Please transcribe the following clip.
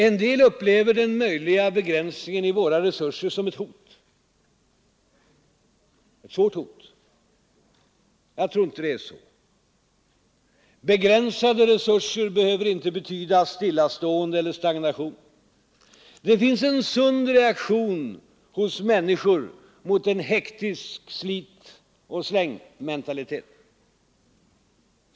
En del upplever den möjliga begränsningen i våra resurser som ett svårt hot. Jag tror inte det är så. Begränsade resurser behöver inte betyda stillastående eller stagnation. Det finns en sund reaktion hos människor mot en hektisk slit-och-släng-mentalitet.